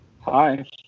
Hi